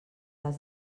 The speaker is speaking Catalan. les